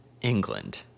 England